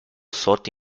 sought